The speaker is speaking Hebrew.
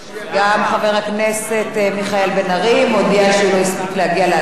גם חבר הכנסת מיכאל בן-ארי מודיע שהוא לא הספיק להגיע להצבעה.